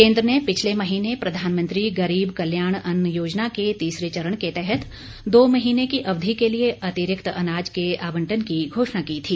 केन्द्र ने पिछले महीने प्रधानमंत्री गरीब कल्याण अन्न योजना के तीसरे चरण के तहत दो महीने की अवधि के लिए अतिरिक्त अनाज के आवंटन की घोषणा की थी